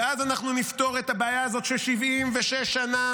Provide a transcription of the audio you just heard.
ואז אנחנו נפתור את הבעיה הזאת ש-76 שנה